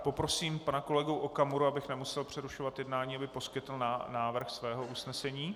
Poprosím pana kolegu Okamuru, abych nemusel přerušovat jednání, aby poskytl návrh svého usnesení.